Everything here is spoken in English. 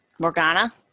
Morgana